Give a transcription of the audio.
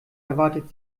erwartet